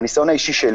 מהניסיון האישי שלי